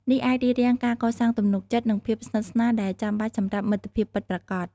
នេះអាចរារាំងការកសាងទំនុកចិត្ត និងភាពស្និទ្ធស្នាលដែលចាំបាច់សម្រាប់មិត្តភាពពិតប្រាកដ។